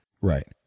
Right